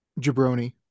Jabroni